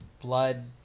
Blood